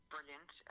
brilliant